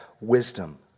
wisdom